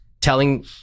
telling